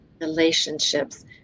relationships